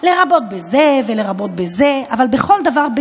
לעובדות ולמציאות לבלבל את